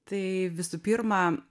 tai visų pirma